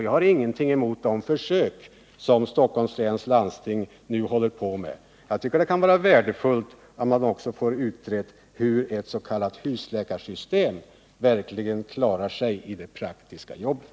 Jag har ingenting emot de försök som Stockholms läns landsting nu genomför. Det kan vara värdefullt att verkligen få utrett hur ett s.k. husläkarsystem klarar sig i det praktiska jobbet.